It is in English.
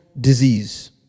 disease